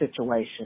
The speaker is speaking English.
situation